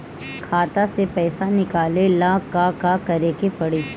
खाता से पैसा निकाले ला का का करे के पड़ी?